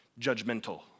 judgmental